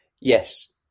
Yes